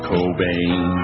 Cobain